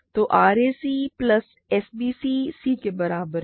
तो rac plus sbc c के बराबर है